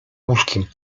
łóżkiem